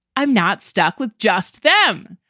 i'm not stuck with just them.